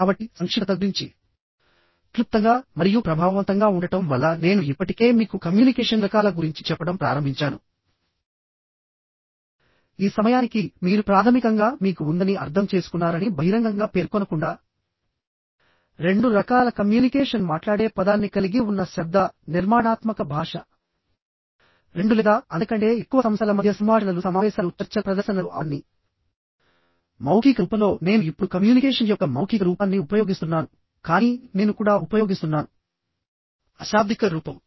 కాబట్టి సంక్షిప్తత గురించి క్లుప్తంగా మరియు ప్రభావవంతంగా ఉండటం వల్ల నేను ఇప్పటికే మీకు కమ్యూనికేషన్ రకాల గురించి చెప్పడం ప్రారంభించాను ఈ సమయానికి మీరు ప్రాథమికంగా మీకు ఉందని అర్థం చేసుకున్నారని బహిరంగంగా పేర్కొనకుండా రెండు రకాల కమ్యూనికేషన్ మాట్లాడే పదాన్ని కలిగి ఉన్న శబ్ద నిర్మాణాత్మక భాష రెండు లేదా అంతకంటే ఎక్కువ సంస్థల మధ్య సంభాషణలు సమావేశాలు చర్చల ప్రదర్శనలు అవన్నీ మౌఖిక రూపంలో నేను ఇప్పుడు కమ్యూనికేషన్ యొక్క మౌఖిక రూపాన్ని ఉపయోగిస్తున్నాను కానీ నేను కూడా ఉపయోగిస్తున్నాను అశాబ్దిక రూపం